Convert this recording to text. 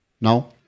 no